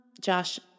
Josh